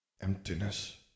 Emptiness